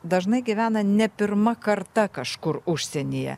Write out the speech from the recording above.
dažnai gyvena ne pirma karta kažkur užsienyje